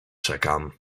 czekam